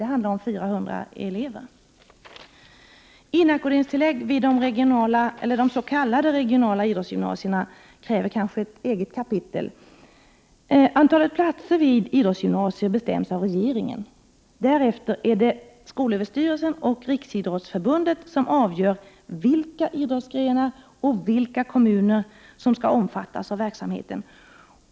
Det handlar om 400 elever. Inackorderingstilläggen när det gäller de s.k. regionala idrottsgymnasierna kräver kanske ett eget kapitel. Antalet platser vid idrottsgymnasier bestäms av regeringen. Därefter är det skolöverstyrelsen och Riksidrottsförbundet som avgör vilka idrottsgrenar och vilka kommuner som skall omfattas av verksamheten.